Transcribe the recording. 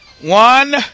One